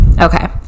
Okay